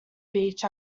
beach